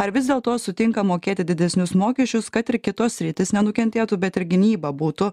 ar vis dėlto sutinka mokėti didesnius mokesčius kad ir kitos sritys nenukentėtų bet ir gynyba būtų